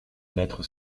mettre